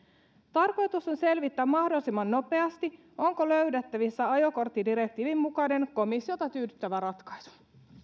tarkoitus on selvittää mahdollisimman nopeasti onko löydettävissä ajokorttidirektiivin mukainen komissiota tyydyttävä ratkaisu